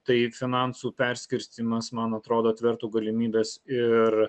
tai finansų perskirstymas man atrodo atvertų galimybes ir